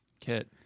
kit